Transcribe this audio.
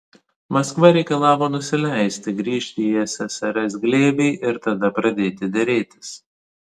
maskva reikalavo nusileisti grįžti į ssrs glėbį ir tada pradėti derėtis